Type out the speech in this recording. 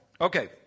Okay